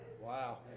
wow